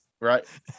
Right